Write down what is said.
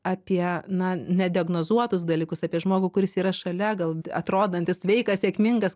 apie na nediagnozuotus dalykus apie žmogų kuris yra šalia gal atrodantis sveikas sėkmingas